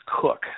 cook